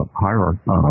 hierarchy